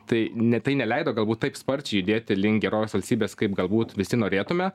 tai ne tai neleido galbūt taip sparčiai judėti link gerovės valstybės kaip galbūt visi norėtume